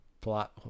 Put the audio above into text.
plot